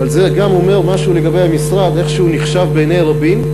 אבל זה גם אומר משהו לגבי המשרד ואיך הוא נחשב בעיני רבים,